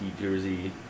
jersey